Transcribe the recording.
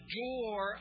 door